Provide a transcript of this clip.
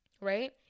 Right